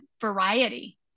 variety